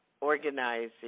organizing